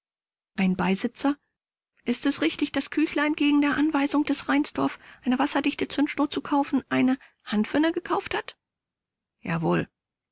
ein beisitzer ist es richtig daß küchler entgegen der anweisung des reinsdorf eine wasserdichte zündschnur zu kaufen eine hanfene gekauft hat k jawohl